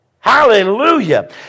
Hallelujah